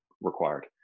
required